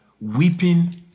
weeping